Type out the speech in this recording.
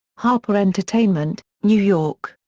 harper entertainment new york.